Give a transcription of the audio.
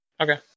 Okay